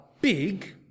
big